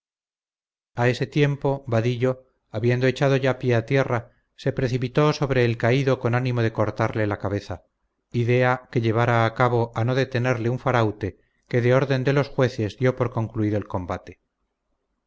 a ese tiempo vadillo habiendo echado ya pie a tierra se precipitó sobre el caído con ánimo de cortarle la cabeza idea que llevara a cabo a no detenerle un faraute que de orden de los jueces dio por concluido el combate